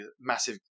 massive